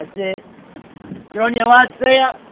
it good onya lads, seeya.